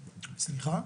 סליחה?